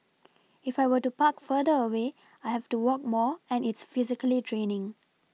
if I were to park further away I have to walk more and it's physically draining